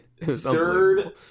Third